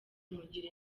kumugira